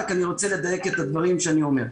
רק אני רוצה לדייק את הדברים שאני אומר.